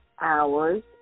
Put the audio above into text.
hours